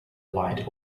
light